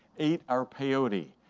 ate our peyote,